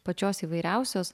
pačios įvairiausios